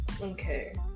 okay